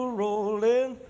rolling